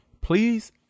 Please